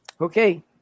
Okay